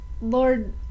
Lord